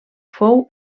fou